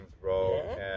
bro